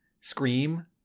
scream